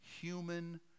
human